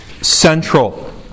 central